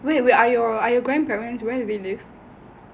wait are your are your grandparents where do they live